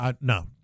no